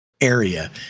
area